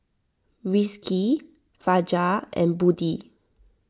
Rizqi Fajar and Budi